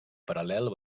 paral·lel